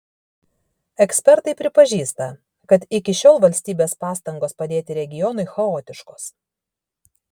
ekspertai pripažįsta kad iki šiol valstybės pastangos padėti regionui chaotiškos